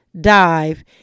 dive